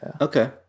Okay